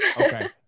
Okay